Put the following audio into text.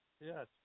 Yes